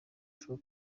true